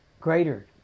greater